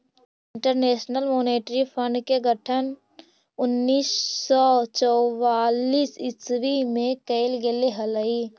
international monetary fund के गठन उन्नीस सौ चौवालीस ईस्वी में कैल गेले हलइ